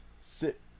sit